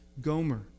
Gomer